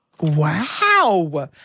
Wow